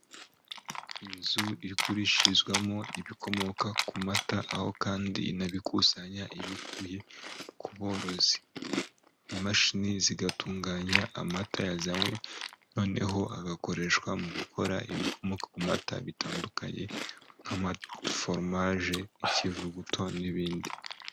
Inzu igurishirizwamo ibikomoka ku mata, aho kandi inabikusanya ibikuye ku borozi, imashini zigatunganya amata yazanywe noneho agakoreshwa mu gukora ibikomoka ku mata bitandukanye nk'amaforomaje, ikivubuto n'ibindi.